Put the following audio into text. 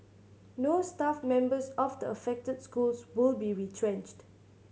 no staff members of the affected schools will be retrenched